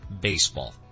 baseball